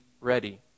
ready